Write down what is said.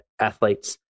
athletes